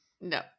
No